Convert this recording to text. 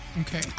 okay